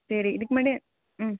சரி இதுக்கு முன்னாடி ம்